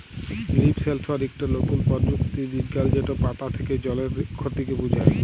leaf সেলসর ইকট লতুল পরযুক্তি বিজ্ঞাল যেট পাতা থ্যাকে জলের খতিকে বুঝায়